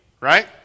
right